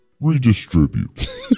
Redistribute